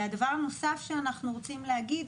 והדבר הנוסף שאנחנו רוצים להגיד,